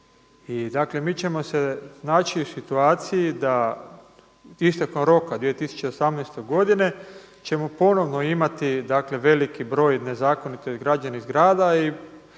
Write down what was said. mi ćemo se naći u situaciji da istekom roka 2018. godine ćemo ponovno imati dakle veliki broj nezakonito izgrađenih zgrada